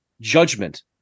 judgment